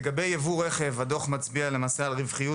לגבי יבוא רכב הדוח מצביע על רווחיות